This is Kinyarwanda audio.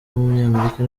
w’umunyamerika